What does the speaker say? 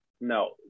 No